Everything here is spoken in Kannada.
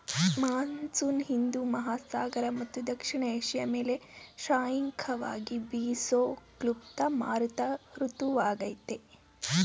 ಮಾನ್ಸೂನ್ ಹಿಂದೂ ಮಹಾಸಾಗರ ಮತ್ತು ದಕ್ಷಿಣ ಏಷ್ಯ ಮೇಲೆ ಶ್ರಾಯಿಕವಾಗಿ ಬೀಸೋ ಕ್ಲುಪ್ತ ಮಾರುತ ಋತುವಾಗಯ್ತೆ